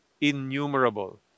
innumerable